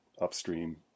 upstream